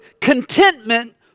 Contentment